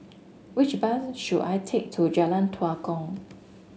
which bus should I take to Jalan Tua Kong